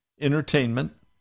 entertainment